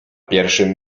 pierwszym